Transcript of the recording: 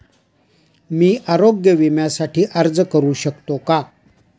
मी आरोग्य विम्यासाठी अर्ज करू शकतो का?